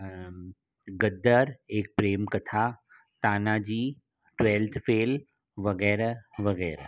गदर Ek Prem Katha Tanaji twelfth fail वग़ैरह वग़ैरह